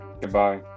goodbye